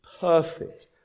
perfect